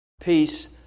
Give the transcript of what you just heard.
Peace